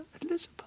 Elizabeth